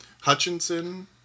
Hutchinson